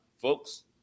folks